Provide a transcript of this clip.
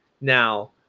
now